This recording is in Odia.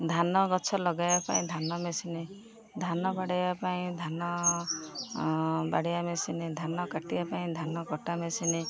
ଧାନ ଗଛ ଲଗାଇବା ପାଇଁ ଧାନ ମେସିନ୍ ଧାନ ବାଡ଼େଇବା ପାଇଁ ଧାନ ବାଡ଼େଇବା ମେସିନ୍ ଧାନ କାଟିବା ପାଇଁ ଧାନ କଟା ମେସିନ୍